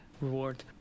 reward